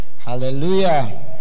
Hallelujah